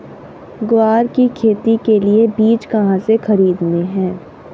ग्वार की खेती के लिए बीज कहाँ से खरीदने हैं?